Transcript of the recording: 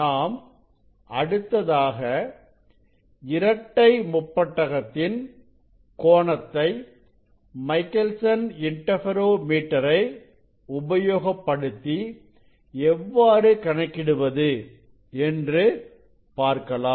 நாம் அடுத்ததாக இரட்டை முப்பட்டகத்தின் கோணத்தை மைக்கேல்சன் இன்டர்பெரோமீட்டரை உபயோகப்படுத்தி எவ்வாறு கணக்கிடுவது என்று பார்க்கலாம்